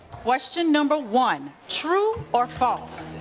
question number one. true or false.